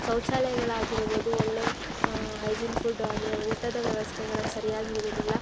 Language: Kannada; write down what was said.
ಶೌಚಾಲಯಗಳಾಗಿರಬೋದು ಒಳ್ಳೆಯ ಹೈಜೀನ್ ಫುಡ್ಡು ಅಂದರೆ ಊಟದ ವ್ಯವಸ್ಥೆಗಳು ಸರಿಯಾಗಿ ಇರಲಿಲ್ಲ